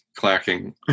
clacking